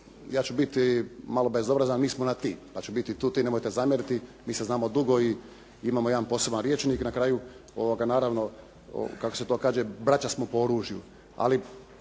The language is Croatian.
ja ću biti malo bezobrazan, mi smo na "ti", pa će biti i tu "ti", nemojte zamjeriti, mi se znamo dugo i imamo jedan poseban rječnik, na kraju naravno kako se to kaže, braća smo po oružju,